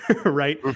right